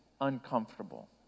uncomfortable